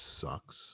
sucks